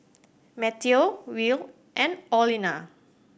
Mateo Will and Orlena